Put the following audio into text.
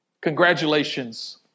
Congratulations